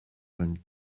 vingt